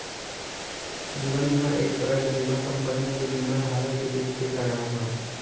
जीवन बीमा एक तरह के बीमा कंपनी अउरी बीमा धारक के बीच के करार ह